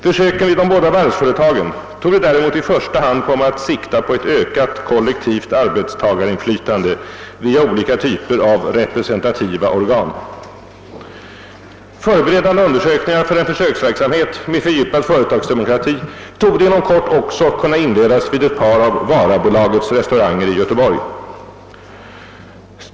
Försöken vid de båda varvsföretagen torde däremot i första hand komma att ta sikte på ett ökat kollektivt arbetstagarinflytande via olika typer av representativa organ. Förberedande undersökningar för en försöksverksamhet med fördjupad företagsdemokrati torde inom kort också kunna inledas vid ett par av Varabolagets restauranger i Göteborg.